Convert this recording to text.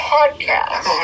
Podcast